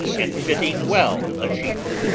and fitting well a sheep.